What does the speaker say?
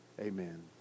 amen